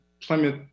Plymouth